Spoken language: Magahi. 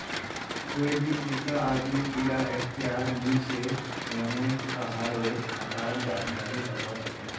कोए भी दुसरा आदमीक इरा अख्तियार नी छे व्हेन कहारों खातार जानकारी दाखवा सकोह